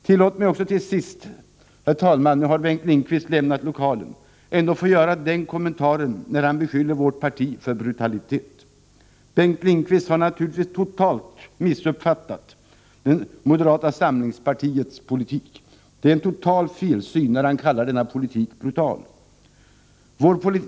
Tillåt mig också till sist, herr talman, att göra den kommentaren när Bengt Lindqvist, som nu har lämnat lokalen, beskyller vårt parti för brutalitet, att han naturligtvis fullständigt har missuppfattat moderata samlingspartiets politik. Det är en total felsyn när Bengt Lindqvist kallar denna politik brutal.